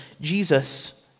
Jesus